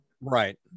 right